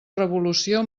revolució